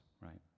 right